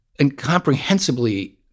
incomprehensibly